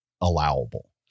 allowable